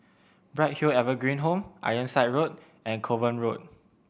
Bright Hill Evergreen Home Ironside Road and Kovan Road